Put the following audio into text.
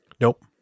Nope